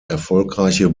erfolgreiche